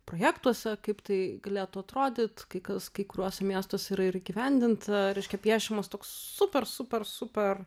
projektuose kaip tai galėtų atrodyt kai kas kai kuriuose miestuose yra ir įgyvendinta reiškia piešiamas toks super super super